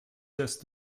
just